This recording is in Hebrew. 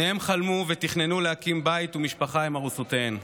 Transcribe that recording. שניהם חלמו ותכננו להקים בית ומשפחה עם ארוסותיהם,